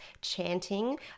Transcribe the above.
chanting